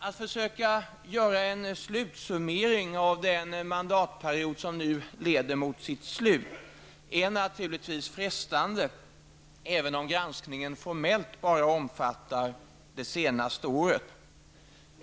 Att försöka göra en slutsummering av den mandatperiod som nu lider mot sitt slut är frestande även om granskningen formellt bara omfattar det senaste året.